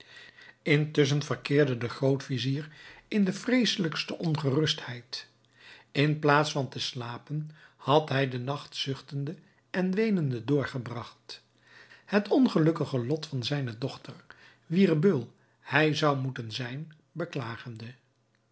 intusschen verkeerde de groot-vizier in de vreesselijkste ongerustheid in plaats van te slapen had hij den nacht zuchtende en weenende doorgebragt het ongelukkige lot van zijne dochter wier beul hij zou moeten zijn beklagende